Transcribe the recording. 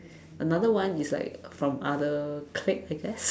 another one is like from other clique I guess